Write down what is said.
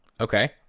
Okay